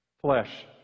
Flesh